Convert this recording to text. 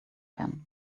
can